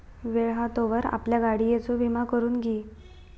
वेळ हा तोवर आपल्या गाडियेचो विमा करून घी